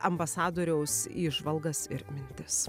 ambasadoriaus įžvalgas ir mintis